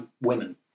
women